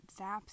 zaps